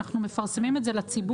אנחנו מפרסמים את זה לציבור,